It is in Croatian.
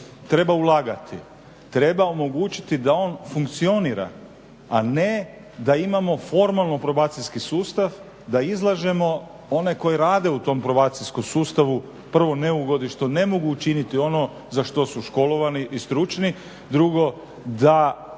treba ulagati. Treba omogućiti da on funkcionira, a ne da imamo formalno probacijski sustav, da izlažemo one koji rade u tom probacijskom sustavu, prvo neugodi što ne mogu učiniti ono za što su školovani i stručni, drugo da